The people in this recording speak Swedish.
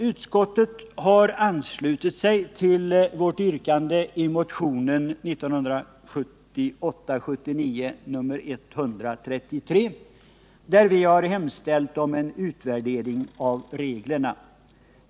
Utskottet har anslutit sig till vårt yrkande i motionen 1978/79:133, i vilken vi hemställt om en utvärdering av reglerna.